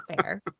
fair